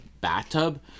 bathtub